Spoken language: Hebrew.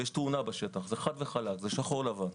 זה חד וחלק, זה שחור-לבן.